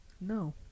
no